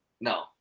no